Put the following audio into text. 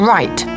Right